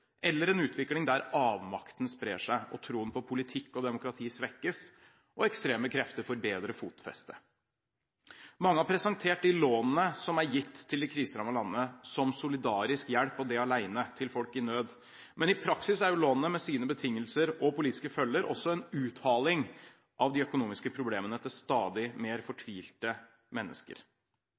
eller en utvikling der avmakten sprer seg, troen på politikk og demokrati svekkes og ekstreme krefter får bedre fotfeste. Mange har presentert de lånene som er gitt til de kriserammede landene, som solidarisk hjelp og det alene til folk i nød. Men i praksis er lånene med sine betingelser og politiske følger også en uthaling av de økonomiske problemene til stadig mer fortvilte mennesker.